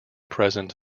present